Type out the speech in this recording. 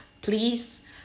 please